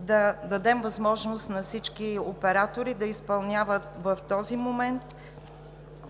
да дадем възможност на всички оператори да изпълняват в този момент